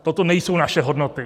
Toto nejsou naše hodnoty.